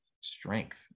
strength